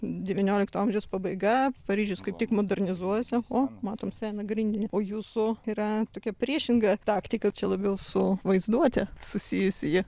devyniolikto amžiaus pabaiga paryžius kaip tik modernizuojasi o matom seną grindinį o jūsų yra tokia priešinga taktika čia labiau su vaizduote susijusi ji